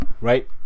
right